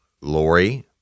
Lori